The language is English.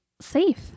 safe